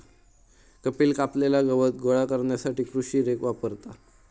कपिल कापलेला गवत गोळा करण्यासाठी कृषी रेक वापरता